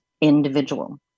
individual